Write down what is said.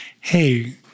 hey